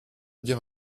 dire